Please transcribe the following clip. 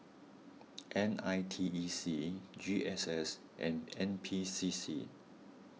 N I T E C G S S and N P C C